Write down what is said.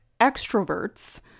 extroverts